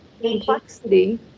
complexity